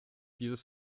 dieses